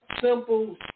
simple